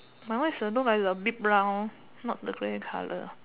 my one is the look like the big brown not the grey color